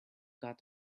got